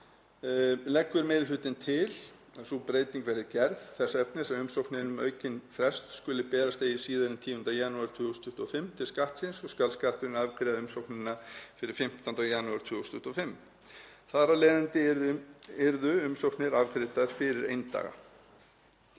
leggur meiri hlutinn því til að sú breyting verði gerð að umsóknir um aukinn frest skuli berast eigi síðar en 10. janúar 2025 til Skattsins og skal Skatturinn afgreiða umsókn fyrir 15. janúar 2025. Þar af leiðandi yrðu umsóknir afgreiddar fyrir eindaga